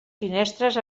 finestres